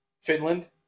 Finland